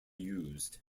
used